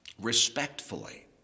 Respectfully